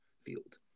field